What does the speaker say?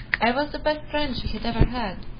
i was the best friend she had ever had.